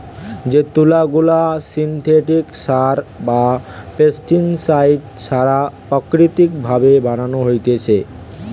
যে তুলা গুলা সিনথেটিক সার বা পেস্টিসাইড ছাড়া প্রাকৃতিক ভাবে বানানো হতিছে